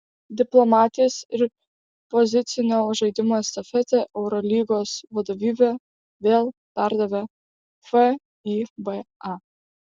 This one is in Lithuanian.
diplomatijos ir pozicinio žaidimo estafetę eurolygos vadovybė vėl perdavė fiba